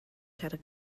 siarad